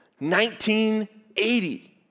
1980